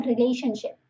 relationship